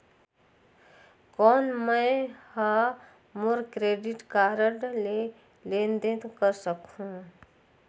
कौन मैं ह मोर क्रेडिट कारड ले लेनदेन कर सकहुं?